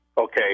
Okay